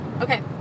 Okay